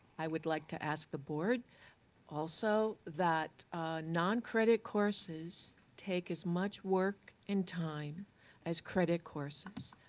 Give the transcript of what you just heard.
i would like to ask the board also that noncredit courses take as much work and time as credit courses.